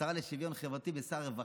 השרה לשוויון חברתי ושר הרווחה,